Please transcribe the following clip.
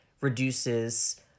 reduces